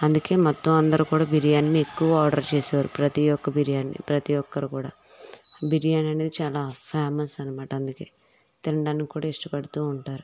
అందుకే మొత్తం అందరూ కూడ బిర్యానీని ఎక్కువ ఆర్డర్ చేసేవారు ప్రతీ యొక్క బిర్యానీ ప్రతీ ఒక్కరూ కూడా బిర్యానీనే చాలా ఫ్యామస్ అనమాట అందుకే తిండానికి కూడా ఇష్టపడుతూ ఉంటారు